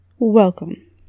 Welcome